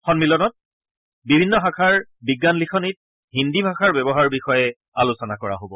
সম্মিলনত বিভিন্ন শাখাৰ বিজ্ঞান লিখনিত হিন্দী ভাষাৰ ব্যৱহাৰৰ বিষয়ে আলোচনা কৰা হ'ব